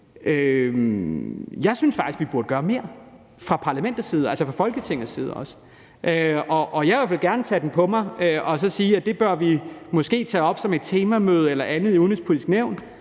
jeg, at vi faktisk burde gøre mere fra parlamentets side, altså fra Folketingets side. Jeg vil gerne tage den på mig og så sige, at det bør vi måske tage op som et temamøde eller andet i Det Udenrigspolitiske Nævn.